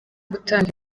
gutanga